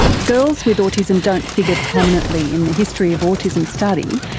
girls with autism don't figure prominently in the history of autism study,